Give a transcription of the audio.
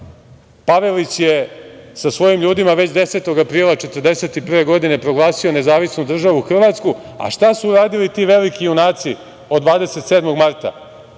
Pavelić je sa svojim ljudima već 10. aprila 1941. godine proglasio NDH, a šta su radili ti veliki junaci od 27. marta?